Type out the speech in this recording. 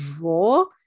draw